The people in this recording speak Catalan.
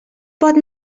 pot